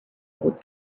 old